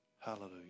Hallelujah